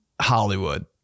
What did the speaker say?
Hollywood